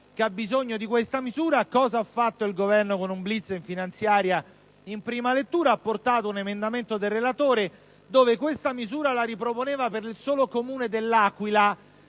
che ha bisogno di questa misura. Che cosa ha fatto il Governo con un *blitz* in finanziaria in prima lettura? Ha portato un emendamento del relatore nel quale ha riproposto questa misura per il solo Comune dell'Aquila.